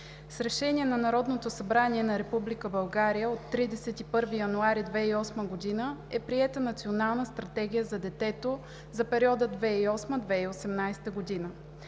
С Решение на Народното събрание на Република България от 31 януари 2008 г. е приета Национална стратегия за детето за периода 2008 – 2018 г.